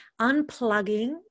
unplugging